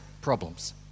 problems